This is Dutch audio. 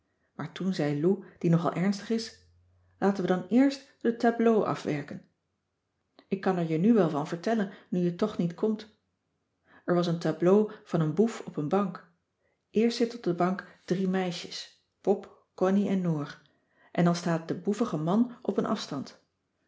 maar toen zei lou die nogal ernstig is laten we dan eerst de tableaux afwerken ik kan er je nu wel van vertellen nu je toch niet komt er was een tableau van een boef op een bank eerst zitten op de bank drie meisjes pop connie en noor en dan staat de boevige man op een afstand